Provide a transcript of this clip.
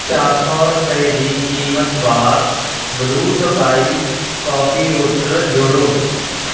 ਚਾਰ ਸੌ ਰੁਪਏ ਦੀ ਕੀਮਤ ਵਾਲਾ ਬਲੁ ਟੋਕਾਈ ਕੌਫੀ ਰੋਸਟਰ ਜੋੜੋ